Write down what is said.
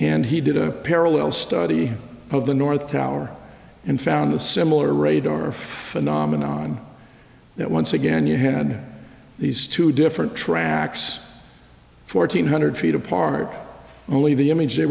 and he did a parallel study of the north tower and found a similar radar phenomenon that once again you had these two different tracks fourteen hundred feet apart only the image they